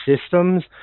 systems